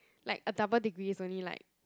like a double degree is only like